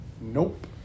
Nope